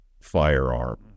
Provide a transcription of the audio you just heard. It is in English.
firearm